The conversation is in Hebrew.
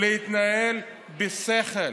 להתנהל בשכל.